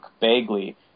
Bagley